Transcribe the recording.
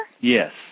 Yes